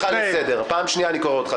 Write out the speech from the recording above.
אני קורא אותך לסדר פעם שניה.